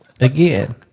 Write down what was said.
Again